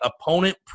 Opponent